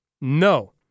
No